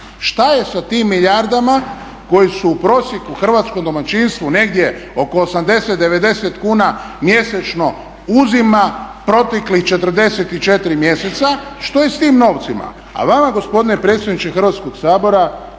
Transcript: Šta je sa tim milijardama koje su u prosjeku hrvatskom domaćinstvu negdje oko 80, 90 kuna mjesečno uzima proteklih 44 mjeseca, što je s tim novcima?